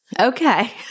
Okay